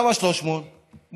למה 300,000,